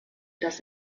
das